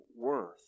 worth